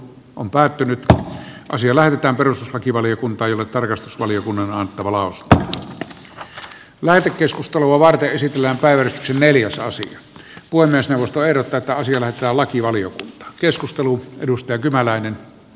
puhemiesneuvosto ehdottaa että asia lähetetään perustuslakivaliokuntaanla tarkastusvaliokunnan valosta että mäkikeskustelua varten esitellään päivän neliosasen voi myös nousta verotetaan silmät ja lakivalio keskustelu edustaa lakivaliokuntaan